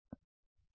ఎందుకు